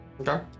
Okay